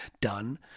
done